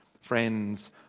friends